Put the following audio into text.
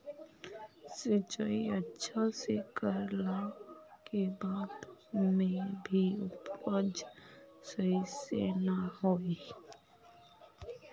सिंचाई अच्छा से कर ला के बाद में भी उपज सही से ना होय?